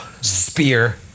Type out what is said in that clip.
Spear